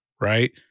right